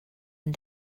and